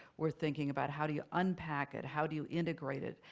we're thinking about, how do you unpack it? how do you integrate it?